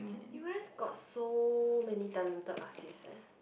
u_s got so many talented artist eh